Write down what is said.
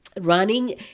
running